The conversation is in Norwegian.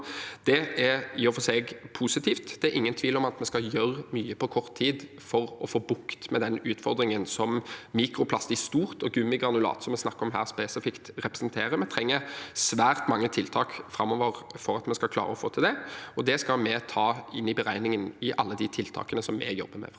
Det er i og for seg positivt. Det er ingen tvil om at vi skal gjøre mye på kort tid for å få bukt med den utfordringen som mikroplast i stort og gummigranulat spesifikt, som vi snakker om her, representerer. Vi trenger svært mange tiltak framover for å klare å få til det. Det skal vi ta med i beregningen i alle de tiltakene vi jobber med